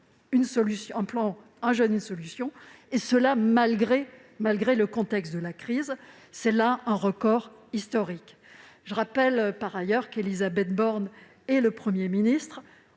au plan « Un jeune, une solution », malgré le contexte de la crise. C'est un record historique. Je rappelle qu'Élisabeth Borne et le Premier ministre